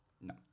No